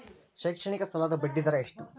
ಶೈಕ್ಷಣಿಕ ಸಾಲದ ಬಡ್ಡಿ ದರ ಎಷ್ಟು?